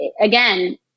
again